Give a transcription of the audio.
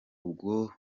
ubwo